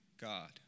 God